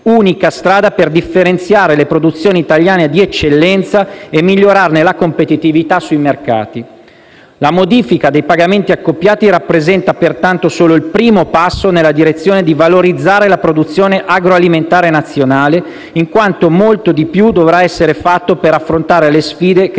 unica strada per differenziare le produzioni italiane di eccellenza e migliorarne la competitività sui mercati. La modifica dei pagamenti accoppiati rappresenta pertanto solo il primo passo nella direzione di valorizzare la produzione agroalimentare nazionale, in quanto molto di più dovrà essere fatto per affrontare le sfide che